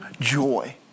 joy